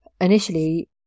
initially